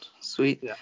Sweet